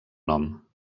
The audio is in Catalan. nom